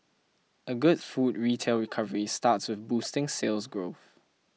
a good food retail recovery starts with boosting Sales Growth